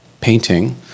painting